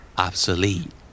obsolete